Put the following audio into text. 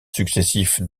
successifs